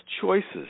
choices